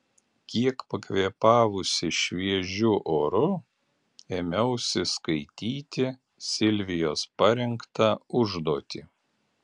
kiek pakvėpavusi šviežiu oru ėmiausi skaityti silvijos parengtą užduotį